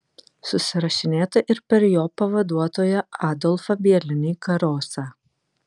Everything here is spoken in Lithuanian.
susirašinėta ir per jo pavaduotoją adolfą bielinį karosą